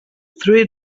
three